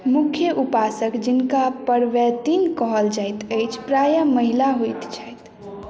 मुख्य उपासक जिनका परवैतिन कहल जाइत अछि प्रायः महिला होइत छथि